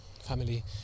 family